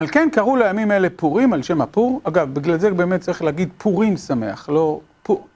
על כן קראו לימים האלה פורים על שם הפור, אגב, בגלל זה באמת צריך להגיד פורים שמח, לא פור.